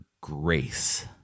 Grace